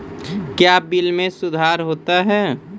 क्या बिल मे सुधार होता हैं?